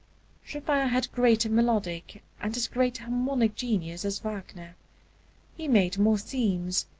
chopin had greater melodic and as great harmonic genius as wagner he made more themes,